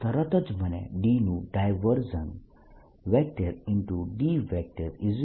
આ તરત જ મને D નું ડાયવર્જન્સ